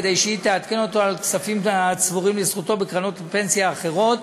כדי שהיא תעדכן אותו על כספים הצבורים לזכותו בקרנות הפנסיה האחרות.